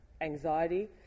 anxiety